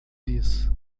disse